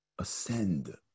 Ascend